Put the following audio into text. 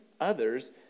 others